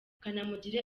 kanamugire